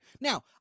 Now